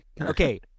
Okay